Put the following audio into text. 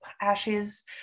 ashes